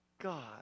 God